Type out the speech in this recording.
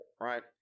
right